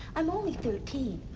i'm only thirteen.